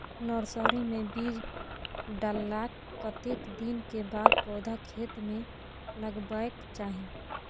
Nursery मे बीज डाललाक कतेक दिन के बाद पौधा खेत मे लगाबैक चाही?